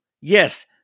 Yes